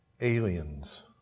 aliens